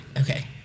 okay